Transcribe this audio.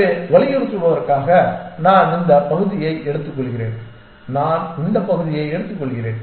எனவே வலியுறுத்துவதற்காக நான் இந்த பகுதியை எடுத்துக்கொள்கிறேன் நான் இந்த பகுதியை எடுத்துக்கொள்கிறேன்